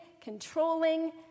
controlling